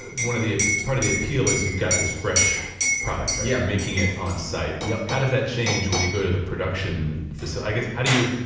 ah one of the, part of the appeal is, you've got this fresh product, right? yeah making it on site, yeah how does that change when you go to the production, i guess how do you,